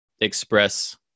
Express